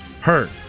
hurt